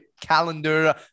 calendar